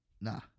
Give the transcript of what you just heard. nah